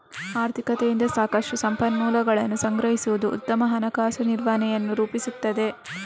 ಆರ್ಥಿಕತೆಯಿಂದ ಸಾಕಷ್ಟು ಸಂಪನ್ಮೂಲಗಳನ್ನು ಸಂಗ್ರಹಿಸುವುದು ಉತ್ತಮ ಹಣಕಾಸು ನಿರ್ವಹಣೆಯನ್ನು ರೂಪಿಸುತ್ತದೆ